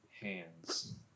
hands